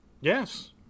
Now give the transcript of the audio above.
Yes